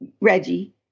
Reggie